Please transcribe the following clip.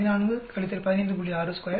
6 2 14 15